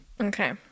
okay